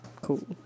Cool